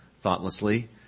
thoughtlessly